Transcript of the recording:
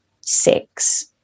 six